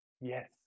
Yes